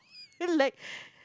like